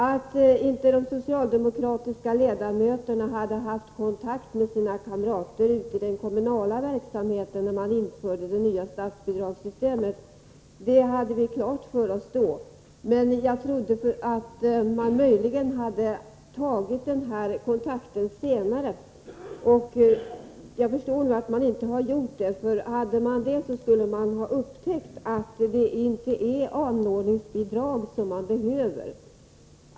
Att de socialdemokratiska ledamöterna inte hade haft kontakt med sina kamrateri den kommunala verksamheten när man införde det nya statsbidragssystemet hade vi klart för oss då, men jag trodde att man möjligen hade tagit den kontakten senare. Jag förstår att man inte gjort det, för om så hade varit fallet skulle man ha upptäckt att det inte är anordningsbidrag som kommunerna behöver.